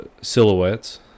silhouettes